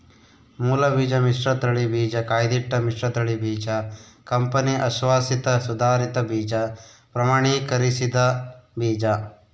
ಮೂಲಬೀಜ ಮಿಶ್ರತಳಿ ಬೀಜ ಕಾಯ್ದಿಟ್ಟ ಮಿಶ್ರತಳಿ ಬೀಜ ಕಂಪನಿ ಅಶ್ವಾಸಿತ ಸುಧಾರಿತ ಬೀಜ ಪ್ರಮಾಣೀಕರಿಸಿದ ಬೀಜ